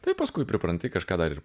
tai paskui pripranti kažką dar ir